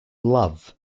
love